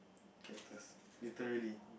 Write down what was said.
cactus literary